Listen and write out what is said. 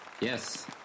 Yes